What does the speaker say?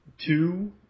two